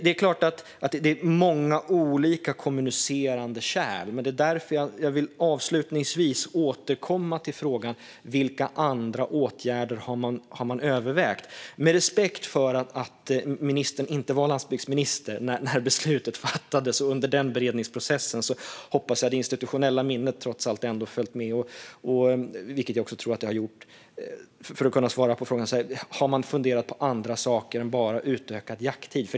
Det är klart att det är många olika kommunicerande kärl; det är därför jag avslutningsvis vill återkomma till frågan om vilka andra åtgärder man har övervägt. Med respekt för att ministern inte var landsbygdsminister när beslutet fattades och under denna beredningsprocess hoppas och tror jag att det institutionella minnet trots allt har följt med för att ministern ska kunna svara på denna fråga: Har man funderat på andra saker än bara utökad jakttid?